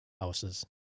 houses